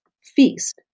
feast